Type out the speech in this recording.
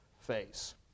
face